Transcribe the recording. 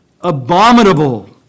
abominable